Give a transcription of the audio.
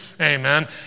Amen